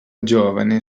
giovane